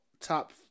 top